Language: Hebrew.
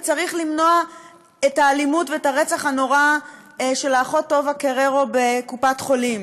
וצריך למנוע את האלימות ואת הרצח הנורא של האחות טובה קררו בקופת-חולים.